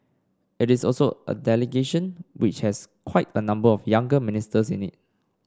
it is also a delegation which has quite a number of younger ministers in it